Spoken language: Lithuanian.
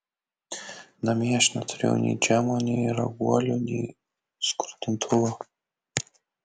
namie aš neturėjau nei džemo nei raguolių nei skrudintuvo